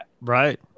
Right